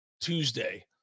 Tuesday